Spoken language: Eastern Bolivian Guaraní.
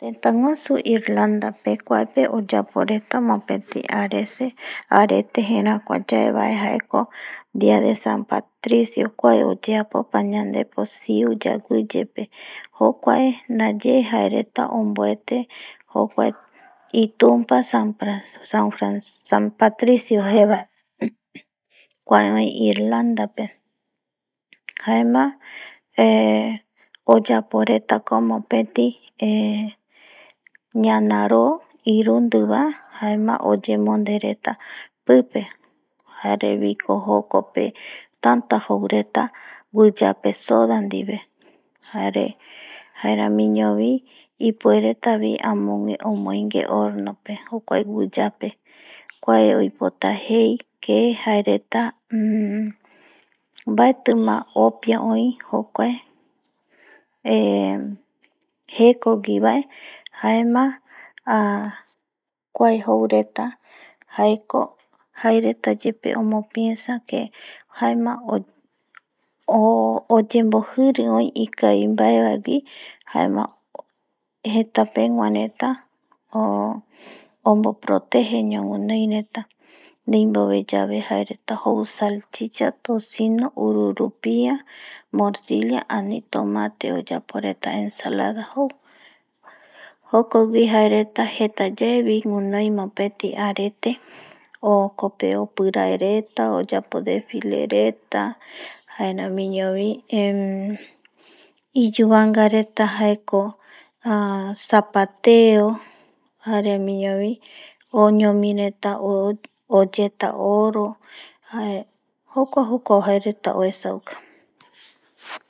Teta guasu irlanda pe kuaepe oyapo reta mopeti arete jerakua yaeba jaeko dia de san patricio kuape oyeapo pañandepo siu yawiyepe jokuae naye jaereta onbuete jokuae itumpa san patricio jebae kuae oi irlanda pe jaema eh oyapo retako mopeti eh ñanaro irundi ba jaema oyenmonde reta pipe jarebiko jokpe tata jou reta wiyape sooda dive jare jaeramiño bi ipuereta bi amogue omoniwe horno pe kuae oipota jei que jae reta baetima opia oi jokuae jeko wi bae, jaema kuae jou reta jaeko jaereta yepe omopiesa que jaema oyenbojiri oi ikabivaebawi jaema jetapegua reta omoprotege oi reta deibove yabe jae reta jou salchicha, tosino, ururupia, morsilla jare tomate jaema jou, jokowi jaema jae reta jeta yaebi winoi mopeti arete o jokpe opirae reta oyapo desfile reta jaeramiño bi iyubanga reta jaerko ,sapateo jaeramiño bi oñomi reta oyeta oro, jokua jokua jae reta uesauka.